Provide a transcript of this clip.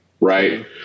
right